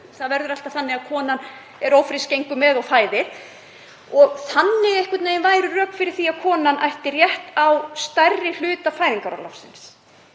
það verði alltaf þannig að konan sé ófrísk, gangi með og fæði og einhvern veginn væru það rök fyrir því að konan ætti rétt á stærri hluta fæðingarorlofsins.